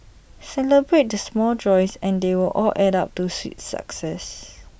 celebrate the small joys and they will all add up to sweet success